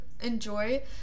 enjoy